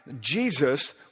Jesus